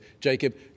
Jacob